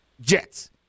Jets